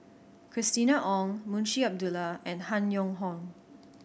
Christina Ong Munshi Abdullah and Han Yong Hong